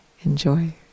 enjoy